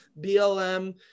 BLM